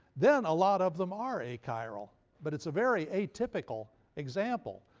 then a lot of them are achiral. but it's a very atypical example.